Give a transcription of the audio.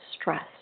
stress